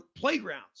playgrounds